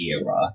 era